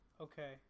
Okay